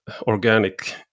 organic